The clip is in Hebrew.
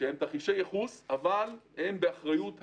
אבל הם באחריות הגופים.